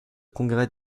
congrès